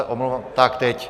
Omlouvám se, tak teď.